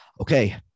Okay